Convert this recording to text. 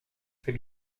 c’est